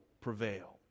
prevail